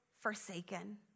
forsaken